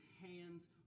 hands